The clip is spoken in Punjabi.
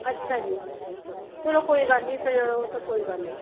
ਅੱਛਾ ਜੀ ਚਲੋ ਕੋਈ ਗੱਲ ਨਹੀਂ ਫਿਰ ਉਹ ਤਾਂ ਕੋਈ ਗੱਲ ਨਹੀਂ